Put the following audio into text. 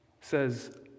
says